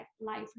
life